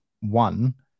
one